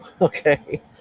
Okay